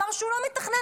אמר שהוא לא מתכנן,